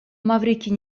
маврикий